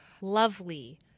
lovely